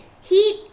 Heat